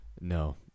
No